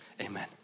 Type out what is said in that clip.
Amen